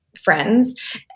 friends